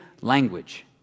language